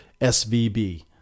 SVB